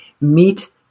meet